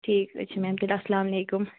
ٹھیٖک حظ چھُ میم تیٚلہِ اسلامُ علیکُم